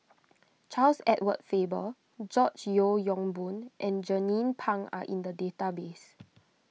Charles Edward Faber George Yeo Yong Boon and Jernnine Pang are in the database